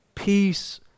Peace